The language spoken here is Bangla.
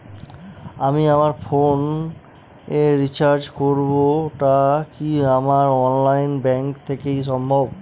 আমি আমার ফোন এ রিচার্জ করব টা কি আমার অনলাইন ব্যাংক থেকেই সম্ভব?